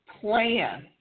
plan